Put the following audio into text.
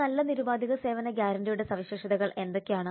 ഒരു നല്ല നിരുപാധിക സേവന ഗ്യാരണ്ടിയുടെ സവിശേഷതകൾ എന്തൊക്കെയാണ്